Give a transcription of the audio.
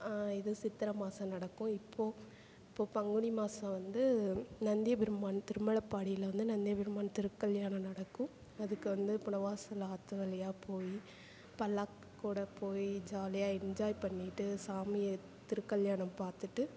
இது சித்திர மாதம் நடக்கும் இப்போது இப்போது பங்குனி மாதம் வந்து நந்திய பெருமான் திருமலைபாடில வந்து நந்திய பெருமான் திருக்கல்யாணம் நடக்கும் அதுக்கு வந்து இப்போது புனவாசல் ஆற்று வழியா போய் பல்லாக்கு கூட போய் ஜாலியாக என்ஜாய் பண்ணிட்டு சாமி திருக்கல்யாணம் பார்த்துட்டு